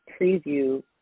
preview